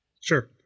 Sure